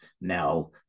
now